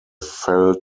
fell